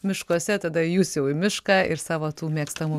miškuose tada jūs jau į mišką ir savo tų mėgstamų